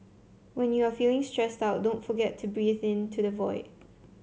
when you are feeling stressed out don't forget to breathe into the void